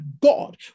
God